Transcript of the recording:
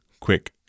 quick